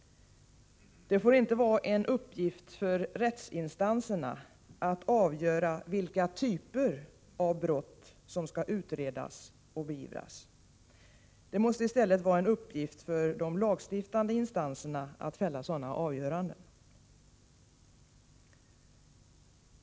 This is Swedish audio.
Det får inte vara en uppgift för rättsinstanserna att avgöra vilka typer av brott som skall utredas och beivras. Det måste i stället vara en uppgift för de lagstiftande instanserna att fälla sådana avgöranden.